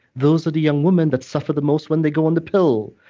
those are the young women that suffer the most when they go on the pill.